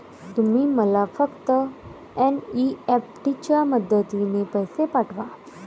तुम्ही मला फक्त एन.ई.एफ.टी च्या मदतीने पैसे पाठवा